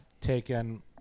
taken